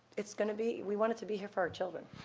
it's going to be, we want it to be here for our children,